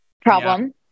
problem